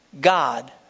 God